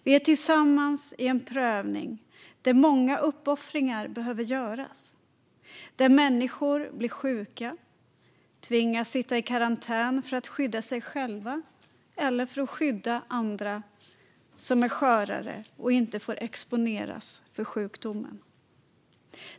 Vi är tillsammans i en prövning där många uppoffringar behöver göras, där människor blir sjuka och tvingas sitta i karantän för att skydda sig själva eller för att skydda andra som är skörare och inte får exponeras för sjukdomen.